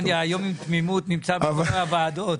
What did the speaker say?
לא, היום תמימות בכל הוועדות.